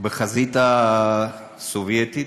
בחזית הסובייטית,